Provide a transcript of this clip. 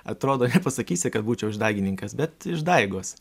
atrodo nepasakysi kad būčiau išdaigininkas bet išdaigos